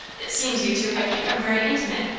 it seems you two have become very intimate,